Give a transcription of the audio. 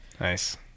Nice